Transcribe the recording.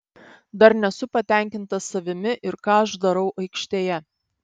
dar nesu patenkintas savimi ir ką aš darau aikštėje